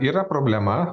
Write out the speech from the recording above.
yra problema